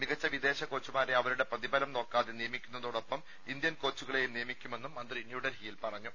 മികച്ച വിദേശ കോച്ചുമാരെ അവരുടെ പ്രതിഫലം നോക്കാതെ നിയമിക്കുന്നതോടൊപ്പം ഇന്ത്യൻ കോച്ചുകളെയും നിയമിക്കുമെന്നും മന്ത്രി ന്യൂഡൽഹിയിൽ പറഞ്ഞു